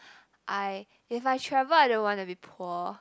I if I travel I don't want to be poor